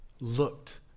looked